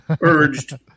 urged